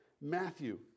Matthew